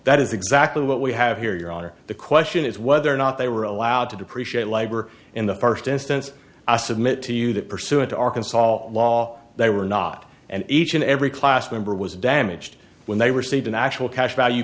that is exactly what we have here your honor the question is whether or not they were allowed to depreciate labor in the first instance i submit to you that pursuant to arkansas all law they were not and each and every class member was damaged when they received an actual cash value